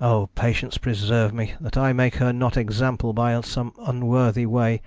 o patience preserve me that i make her not example by some unworthy way